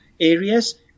areas